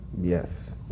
Yes